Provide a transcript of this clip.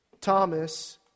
Thomas